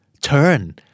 Turn